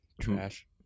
Trash